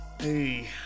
Hey